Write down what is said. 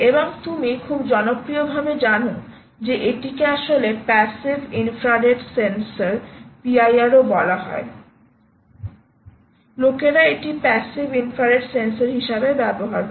এবং তুমি খুব জনপ্রিয়ভাবে জানো যে এটিকে আসলে প্যাসিভ ইনফ্রারেড সেন্সর PIRও বলা হয় লোকেরা এটি প্যাসিভ ইনফ্রারেড সেন্সর হিসাবে ব্যবহার করে